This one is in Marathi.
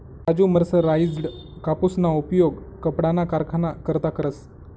राजु मर्सराइज्ड कापूसना उपयोग कपडाना कारखाना करता करस